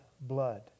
blood